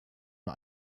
nur